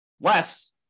Less